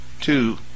two